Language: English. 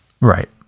Right